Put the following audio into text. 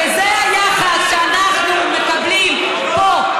שזה היחס שאנחנו מקבלים פה,